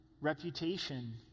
reputation